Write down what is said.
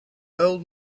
old